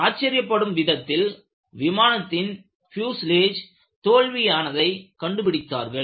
ஆச்சரியப்படும் விதத்தில் விமானத்தின் பியூஸ்லேஜ் தோல்வி ஆனதை கண்டு பிடித்தார்கள்